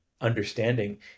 understanding